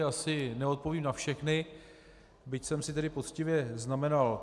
Asi neodpovím na všechny, byť jsem si tedy poctivě znamenal.